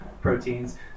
proteins